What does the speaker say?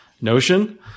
Notion